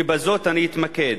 ובזאת אני אתמקד.